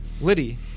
Liddy